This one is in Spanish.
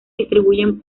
distribuyen